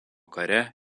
kare